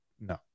no